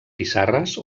pissarres